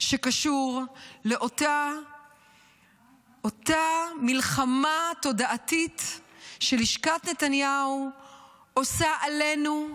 שזה קשור לאותה מלחמה תודעתית שלשכת נתניהו עושה עלינו,